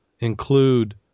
include